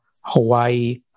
Hawaii